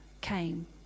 came